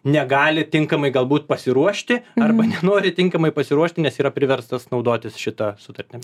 negali tinkamai galbūt pasiruošti arba nenori tinkamai pasiruošti nes yra priverstos naudotis šita sutartim